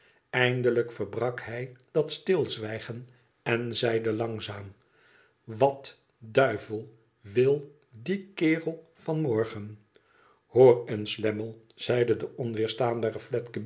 eindelijk verbrak hij dat stilzwijgen en zeide langzaam wat duivel die kerel van morgen hoor eens lammie zei de onweerstaanbare